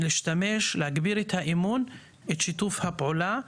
להשתמש, להגביר את האמון, את שיתוף הפעולה.